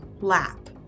lap